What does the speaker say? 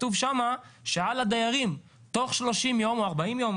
כתוב שם שעל הדיירים תוך שלושים יום או ארבעים יום,